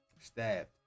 stabbed